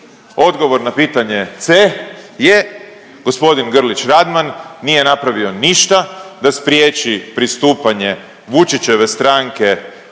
odgovor na pitanje C je g. Grlić Radman nije napravio ništa da spriječi pristupanje Vučićeve stranke